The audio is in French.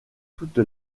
toute